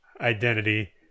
identity